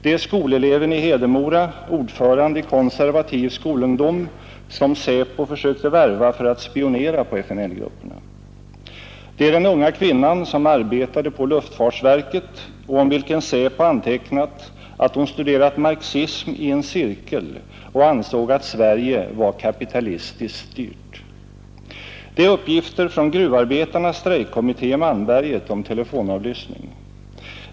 Det är skoleleven i Hedemora, ordförande i Konservativ skolungdom, som SÄPO försökte värva för att spionera på FNL-grupperna. Det är den unga kvinnan som arbetade på luftfartsverket och om vilken SÄPO antecknat att hon studerat marxism i en cirkel och ansåg att Sverige var kapitalistiskt styrt. Det är uppgifter från gruvarbetarnas strejkkommitté i Malmberget om telefonavlyssning.